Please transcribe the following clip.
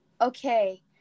okay